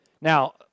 now